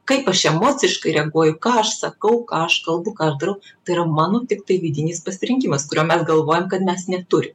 kaip aš emociškai reaguoju ką aš sakau ką aš kalbu ką aš darau tai yra mano tiktai vidinis pasirinkimas kurio mes galvojam kad mes neturim